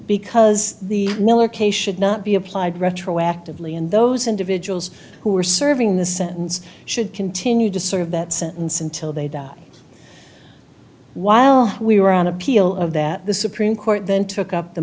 case should not be applied retroactively and those individuals who are serving the sentence should continue to sort of that sentence until they die while we were on appeal of that the supreme court then took up the